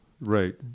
Right